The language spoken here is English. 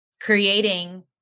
creating